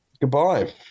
Goodbye